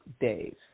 days